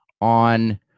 on